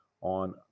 on